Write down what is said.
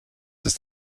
ist